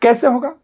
कैसे होगा